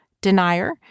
denier